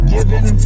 Given